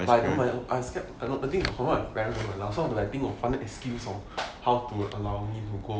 but I don't know whether to ask but the thing for what my parents don't allow but I think of one excuse hor how to allow me to go